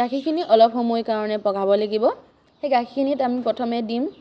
গাখীৰখিনি অলপ সময় কাৰণে পগাব লাগিব সেই গাখীৰখিনিত আমি প্ৰথমে দিম চেনী